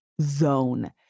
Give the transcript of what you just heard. .zone